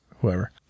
Whoever